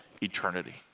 eternity